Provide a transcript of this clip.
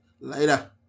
Later